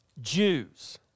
Jews